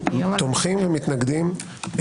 תומכים ומתנגדים,